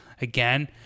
again